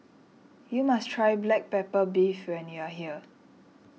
you must try Black Pepper Beef when you are here